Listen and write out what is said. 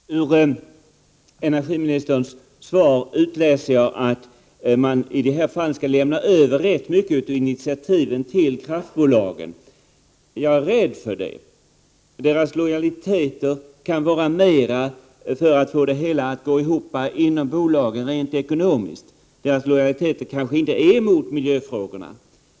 Herr talman! Ur energiministerns svar utläser jag att man skall lämna över rätt mycket av initiativen till kraftbolagen, och det är jag rädd för. De kan vara mer angelägna om att få det hela att gå ihop ekonomiskt inom bolagen. De kanske inte har så stora lojaliteter när det gäller miljöfrågorna.